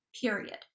period